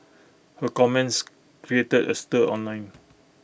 her comments created A stir online